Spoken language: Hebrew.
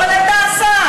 אבל אתה השר.